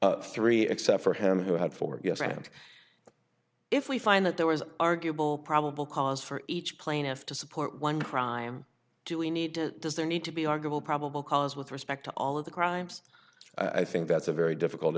three except for him who had four yes and if we find that there was arguable probable cause for each plaintiff to support one crime do we need to does there need to be arguable probable cause with respect to all of the crimes i think that's a very difficult